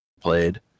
played